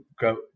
go